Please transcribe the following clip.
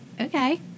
Okay